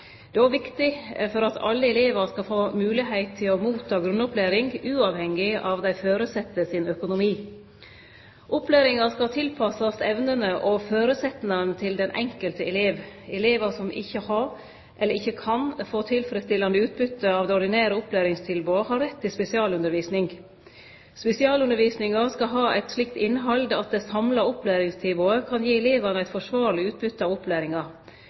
er viktig for at alle elevar skal få moglegheit til å få grunnopplæring, uavhengig av dei føresette sin økonomi. Opplæringa skal tilpassast evnene og føresetnadene til den enkelte eleven. Elevar som ikkje har, eller ikkje kan få, tilfredsstillande utbyte av det ordinære opplæringstilbodet, har rett til spesialundervisning. Spesialundervisninga skal ha eit slikt innhald at det samla opplæringstilbodet kan gi elevane eit forsvarleg utbyte av opplæringa.